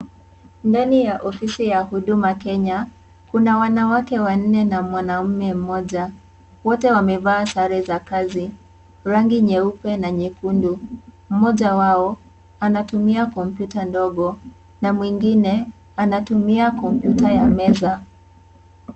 Ndani ya ofisi ya Huduma Kenya, kuna wanawake wanne na mwanamme mmoja, wote wamevaa sare za kazi ,rangi nyeupe na nyekundu. Mmoja wao anatumia kompyuta ndogo na mwingine anatumia kompyuta ya meza.